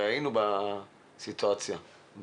הרי היינו בסיטואציה הזאת.